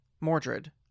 Mordred